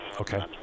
Okay